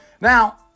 Now